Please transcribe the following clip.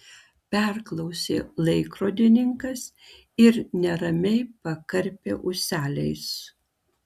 perklausė laikrodininkas ir neramiai pakarpė ūseliais